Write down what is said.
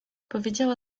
powiedziała